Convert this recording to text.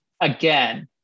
again